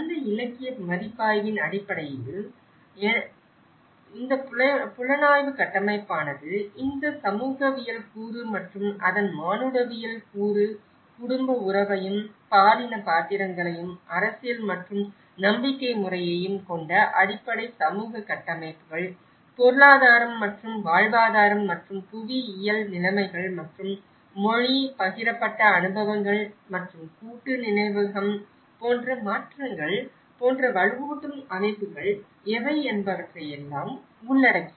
அந்த இலக்கிய மதிப்பாய்வின் அடிப்படையில் எனவே இந்த புலனாய்வு கட்டமைப்பானது இந்த சமூகவியல் கூறு மற்றும் அதன் மானுடவியல் கூறு குடும்ப உறவையும் பாலின பாத்திரங்களையும் அரசியல் மற்றும் நம்பிக்கை முறையையும் கொண்ட அடிப்படை சமூக கட்டமைப்புகள் பொருளாதாரம் மற்றும் வாழ்வாதாரம் மற்றும் புவியியல் நிலைமைகள் மற்றும் மொழி பகிரப்பட்ட அனுபவங்கள் மற்றும் கூட்டு நினைவகம் போன்ற மாற்றங்கள் போன்ற வலுவூட்டும் கட்டமைப்புகள் எவை என்பவற்றை எல்லாம் உள்ளடக்கியது